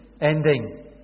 ending